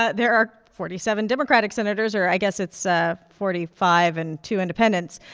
ah there are forty seven democratic senators or i guess it's ah forty five and two independents.